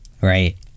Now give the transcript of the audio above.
right